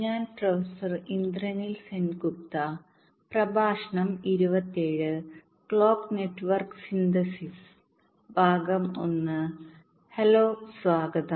hello സ്വാഗതം